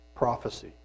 Prophecy